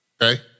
Okay